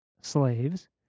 slaves